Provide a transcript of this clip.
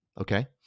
Okay